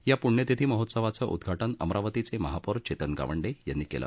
या पृण्यतिथी महोत्सवाचं उदघाटन अमरावतीचे महापौर चेतन गावंडे यांनी केलं